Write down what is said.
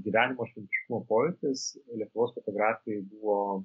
gyvenimo žmogiškumo pojūtis lietuvos fotografijoj buvo